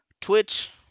Twitch